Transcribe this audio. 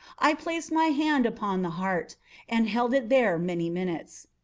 i placed my hand upon the heart and held it there many minutes.